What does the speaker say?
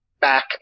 back